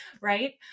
right